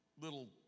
little